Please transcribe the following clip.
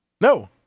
No